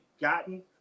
gotten